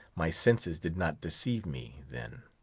my senses did not deceive me, then